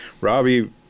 robbie